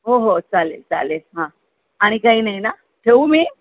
हो हो चालेल चालेल हां आणि काही नाही ना ठेऊ मी